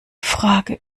frage